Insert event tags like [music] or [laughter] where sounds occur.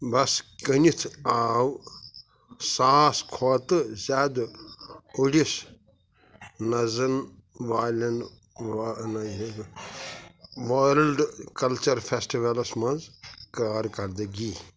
بس کٔنِتھ آو ساس کھۄتہٕ زیادٕ کُڈِس نزَن والیٚن [unintelligible] ؤرٕلڈٕ کلچر فیٚسٹِولس منٛز کارکردگی